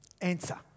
Answer